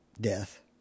death